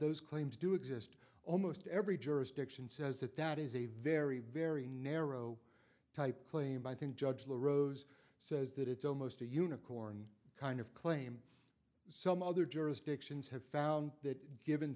those claims do exist almost every jurisdiction says that that is a very very narrow type claim i think judge the rose says that it's almost a unicorn kind of claim some other jurisdictions have found that given